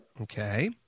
Okay